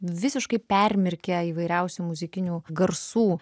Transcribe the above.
visiškai permirkę įvairiausių muzikinių garsų